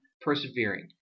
persevering